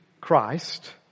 Christ